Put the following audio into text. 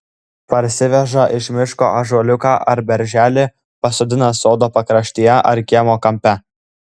parsiveža iš miško ąžuoliuką ar berželį pasodina sodo pakraštyje ar kiemo kampe